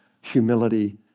humility